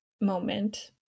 moment